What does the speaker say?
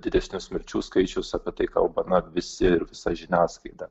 didesnius mirčių skaičius apie tai kalba na visi ir visa žiniasklaida